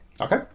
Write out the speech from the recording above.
Okay